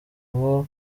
uwo